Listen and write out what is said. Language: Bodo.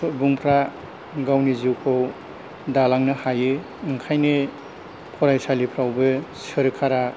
सुबुंफ्रा गावनि जिउखौ दालांनो हायो ओंखायनो फरायसालिफ्रावबो सोरकारा